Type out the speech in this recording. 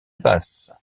basse